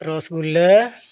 rasgulla